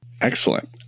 Excellent